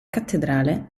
cattedrale